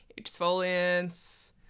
exfoliants